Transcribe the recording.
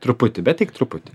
truputį bet tik truputį